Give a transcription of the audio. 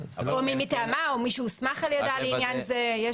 מי שהוסמך על ידה לעניין זה.